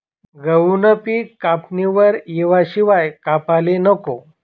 गहूनं पिक कापणीवर येवाशिवाय कापाले नको